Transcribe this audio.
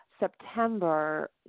September